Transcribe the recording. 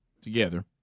together